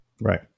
right